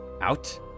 out